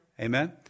Amen